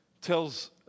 tells